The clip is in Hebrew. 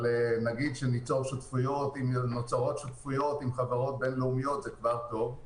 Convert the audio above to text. אבל נגיד שנוצרות שותפויות עם חברות בינלאומיות וזה כבר טוב.